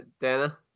Dana